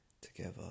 together